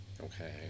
Okay